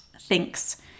thinks